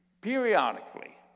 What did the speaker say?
periodically